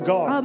God